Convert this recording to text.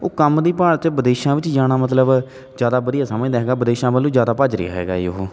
ਉਹ ਕੰਮ ਦੀ ਭਾਲ 'ਚ ਵਿਦੇਸ਼ਾਂ ਵਿੱਚ ਜਾਣਾ ਮਤਲਬ ਜ਼ਿਆਦਾ ਵਧੀਆ ਸਮਝਦਾ ਹੈਗਾ ਵਿਦੇਸ਼ਾਂ ਵੱਲ ਨੂੰ ਜ਼ਿਆਦਾ ਭੱਜ ਰਿਹਾ ਹੈਗਾ ਏ ਉਹ